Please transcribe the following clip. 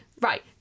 right